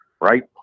right